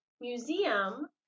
museum